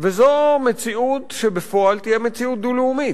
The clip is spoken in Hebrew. וזו מציאות שבפועל תהיה מציאות דו-לאומית.